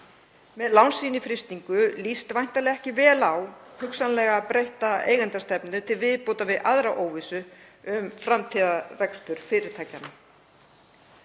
með lán sín í frystingu líst væntanlega ekki vel á hugsanlega breytta eigendastefnu til viðbótar við aðra óvissu um framtíðarrekstur fyrirtækjanna.